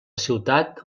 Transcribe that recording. ciutat